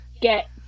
get